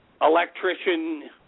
electrician